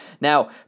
Now